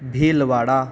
Bhilwara